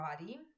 body